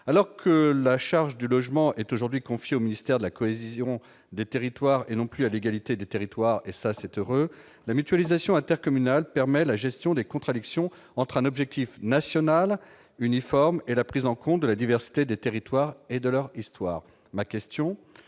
alors que la charge du logement est aujourd'hui confiée au ministère de la cohésion des territoires et non plus à l'égalité des territoires, et ça c'est heureux : la mutualisation intercommunal permet la gestion des contradictions entre un objectif national uniforme et la prise en compte de la diversité des territoires et de leur histoire, ma question :